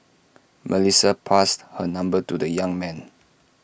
Melissa passed her number to the young man